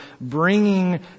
bringing